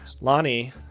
Lonnie